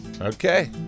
Okay